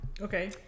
Okay